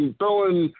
throwing